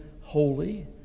holy